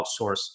outsource